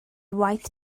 waith